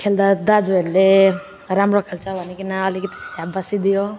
खेल्दा दाजुहरूले राम्रो खेल्छ भनीकन अलिकति स्याबासी दियो